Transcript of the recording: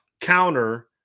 counter